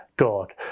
God